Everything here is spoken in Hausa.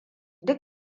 duk